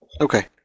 Okay